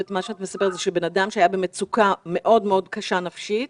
את מספרת על אדם שהיה במצוקה קשה מאוד נפשית